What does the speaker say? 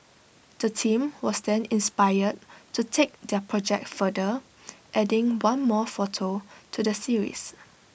the team was then inspired to take their project further adding one more photo to the series